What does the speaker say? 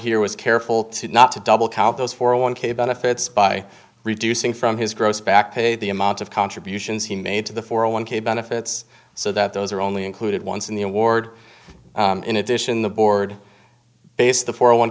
here was careful to not to double count those for a one k benefits by reducing from his gross back pay the amount of contributions he made to the four a one k benefits so that those are only included once in the award in addition the board based the four a one